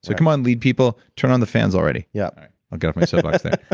so come on leed people. turn on the fans already. yeah i'll get off my soapbox there.